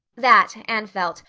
that, anne felt,